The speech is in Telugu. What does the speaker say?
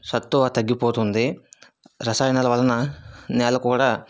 సత్తువ తగ్గిపోతుంది రసాయనాల వలన నేల కూడా